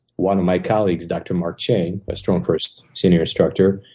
one of my colleagues, dr. marchain, a strongfirst senior instructor,